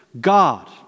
God